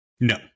No